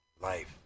life